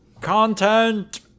Content